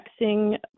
texting